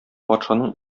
патшаның